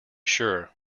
sure